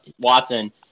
Watson